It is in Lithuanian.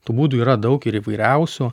tų būdų yra daug ir įvairiausių